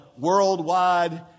Worldwide